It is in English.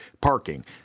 parking